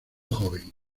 joven